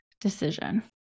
decision